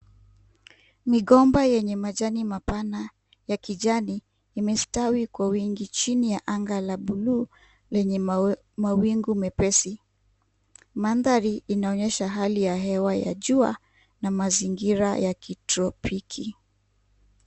Migomba yenye majani mapana ya kijani imestawi kwa wingi chini ya anga la buluu lenye mawingu mepesi. Mandhari inaonyesha hali ya hewa ya jua na mazingira ya kitropiki.